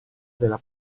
della